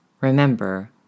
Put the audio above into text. Remember